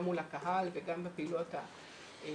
גם מול הקהל וגם בפעילויות המשרדיות,